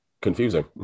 Confusing